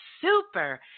super